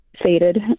faded